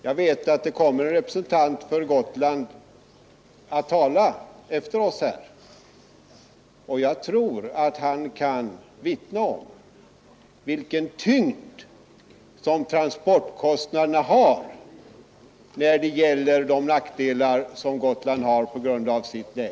Jag vet att det kommer en representant för Gotland upp i talarstolen efter oss här, och jag tror han kan vittna om vilken tyngd som transportkostnaderna har bland de nackdelar som Gotland har på grund av sitt läge.